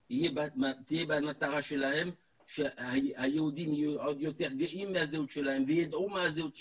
שהמטרה שלהם שיהיו עוד יותר גאים בזהות שלהם ויידעו מה הזהות שלהם,